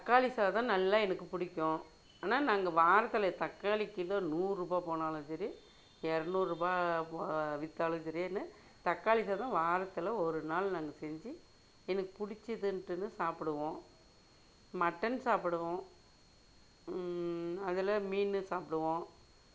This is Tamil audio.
தக்காளி சாதம் நல்லா எனக்கு பிடிக்கும் ஆனால் நாங்கள் வாரத்தில் தக்காளி கிலோ நூறு ரூபாய் போனாலும் சரி இரநூறு ரூபாய் விற்றாலும் சரின்னு தக்காளி சாதம் வாரத்தில் ஒருநாள் நாங்கள் செஞ்சு எனக்குப் பிடிச்சதுன்ட்டுனு சாப்பிடுவோம் மட்டன் சாப்பிடுவோம் அதில் மீன் சாப்பிடுவோம்